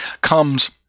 comes